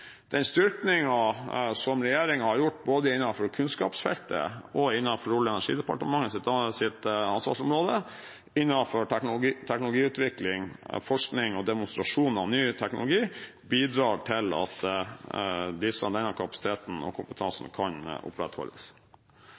Den styrkingen som regjeringen har gjort både innenfor kunnskapsfeltet og innenfor Olje- og energidepartementets ansvarsområde innenfor teknologiutvikling, forskning og demonstrasjon av ny teknologi, bidrar til at denne kapasiteten og kompetansen kan opprettholdes.